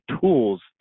tools